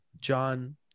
John